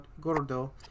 Gordo